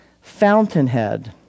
fountainhead